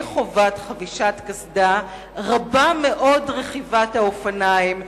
חובת חבישת קסדה רב מאוד השימוש באופניים,